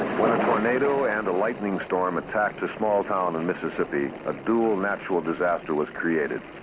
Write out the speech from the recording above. when a tornado and a lightning storm attacked a small town in mississippi, a dual natural disaster was created.